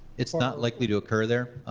it's not likely to occur there,